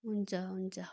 हुन्छ हुन्छ